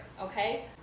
okay